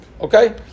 Okay